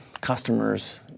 customers